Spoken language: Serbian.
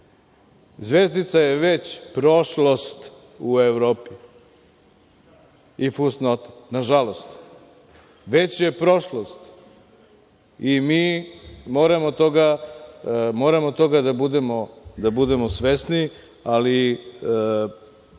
Zvezdica je već prošlost u Evropi. I fusnota, nažalost. Već je prošlost i mi moramo toga da budemo svesni, ali